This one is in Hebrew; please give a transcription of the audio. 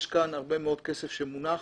יש כאן הרבה מאוד כסף שמונח.